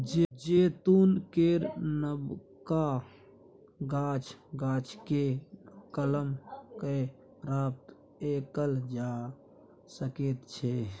जैतून केर नबका गाछ, गाछकेँ कलम कए प्राप्त कएल जा सकैत छै